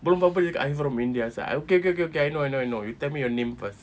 belum apa-apa cakap I'm from india I was like okay okay okay I know I know I know you tell me your name first